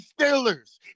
Steelers